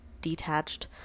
detached